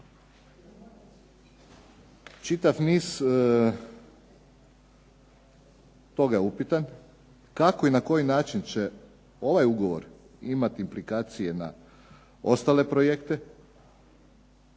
čitav niz toga je upitan kako i na koji način će ovaj ugovor imati implikacije na ostale projekte,